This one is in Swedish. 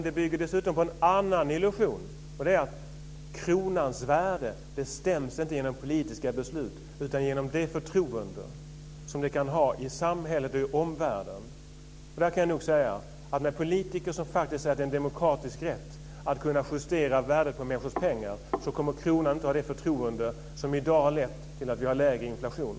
Det bygger dessutom på en annan illusion, och det är att kronans värde inte bestäms genom politiska beslut utan genom det förtroende som den kan ha i samhället och i omvärlden. Jag kan nog säga att med politiker som säger att det är en demokratisk rättighet att kunna justera värdet på människors pengar kommer kronan inte att ha det förtroende som i dag har lett till att vi har lägre inflation.